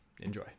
Enjoy